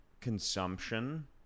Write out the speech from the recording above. consumption